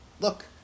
look